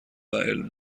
وال